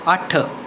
ਅੱਠ